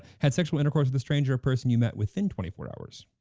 had sexual intercourse with a stranger or person you met within twenty four hours?